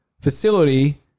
facility